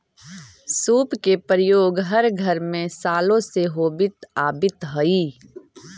सूप के प्रयोग हर घर में सालो से होवित आवित हई